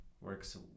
works